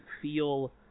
feel